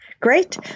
Great